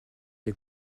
des